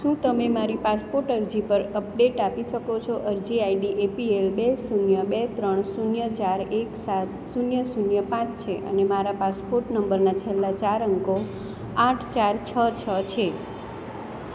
શું તમે મારી પાસપોર્ટ અરજી પર અપડેટ આપી શકો છો અરજી આઈડી એપીએલ બે શૂન્ય બે ત્રણ શૂન્ય ચાર એક સાત શૂન્ય શૂન્ય પાંચ છે અને મારા પાસપોર્ટ નંબરના છેલ્લા ચાર અંકો આઠ ચાર છ છ છે